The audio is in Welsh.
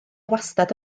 wastad